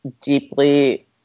deeply